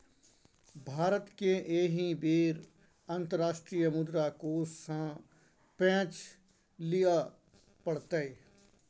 भारतकेँ एहि बेर अंतर्राष्ट्रीय मुद्रा कोष सँ पैंच लिअ पड़तै